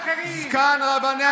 יאללה, רד,